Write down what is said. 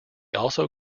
also